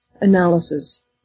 analysis